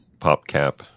PopCap